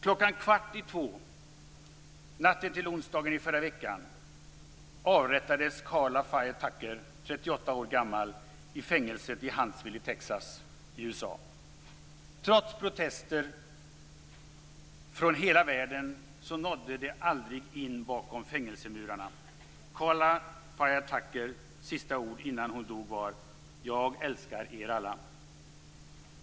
Klockan kvart i två natten till onsdagen i förra veckan avrättades Karla Faye Tucker, 38 år gammal, i fängelset i Huntsville i Texas, USA. Trots att protester kom från hela världen nådde de aldrig in bakom fängelsemurarna. Karla Faye Tuckers sista ord innan hon dog var "Jag älskar er alla".